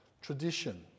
tradition